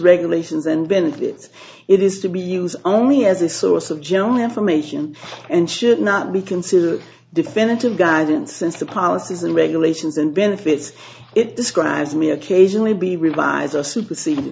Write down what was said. regulations and benefits it is to be used only as a source of general information and should not be considered definitive guidance since the policies and regulations and benefits it describes me occasionally be revise or supersede